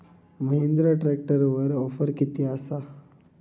महिंद्रा ट्रॅकटरवर ऑफर किती आसा?